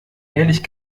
ehrlich